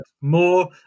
more